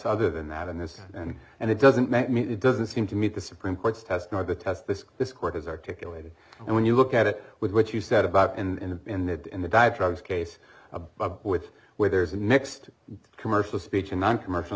other than that and this and and it doesn't make me it doesn't seem to meet the supreme court's test nor the test this this court has articulated and when you look at it with what you said about in the in the in the diatribes case above with where there's a mixed commercial speech and noncommercial